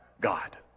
God